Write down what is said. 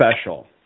Special